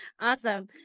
Awesome